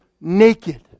naked